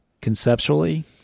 conceptually